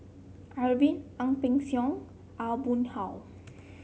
Arifin Ang Peng Siong Aw Boon Haw